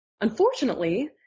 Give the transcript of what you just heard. Unfortunately